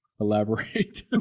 Elaborate